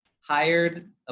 hired